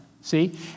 See